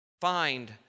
Find